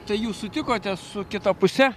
tai jūs sutikote su kita puse